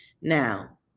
Now